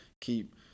keep